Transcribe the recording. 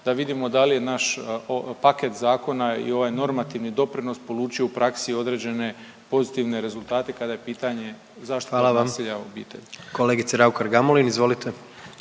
da vidimo da li je naš paket zakon i ovaj normativni doprinos polučio u praksi određene pozitivne rezultate kada je pitanje zaštita nasilja u obitelji. **Jandroković, Gordan (HDZ)** Hvala vam. Kolegice Raukar Gamulin, izvolite.